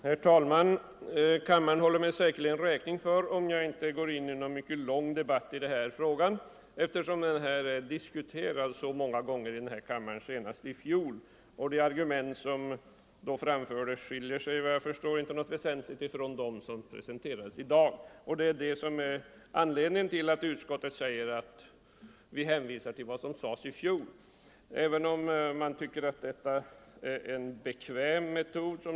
Herr talman! Kammaren håller mig säkerligen räkning för att jag inte går in i någon lång debatt i denna fråga. Den är ju diskuterad många gånger här i kammaren, senast i fjol, och de argument som då fördes fram skiljer sig såvitt jag förstår inte från de argument som presenterats i dag. Detta är anledningen till att utskottet hänvisar till vad som sades i fjol. Den föregående talaren sade att detta är en bekväm metod.